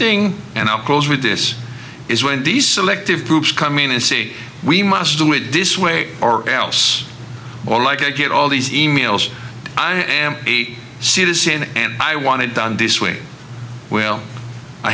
thing and i'll close with this is when these selective groups come in and say we must do it this way or else or like i get all these e mails i am a citizen and i want it down this way well i